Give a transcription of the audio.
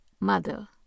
Mother